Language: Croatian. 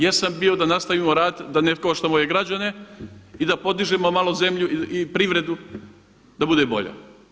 Jesam bio da nastavimo raditi da ne koštamo ove građane i da podižemo malo zemlju i privredu da bude bolja.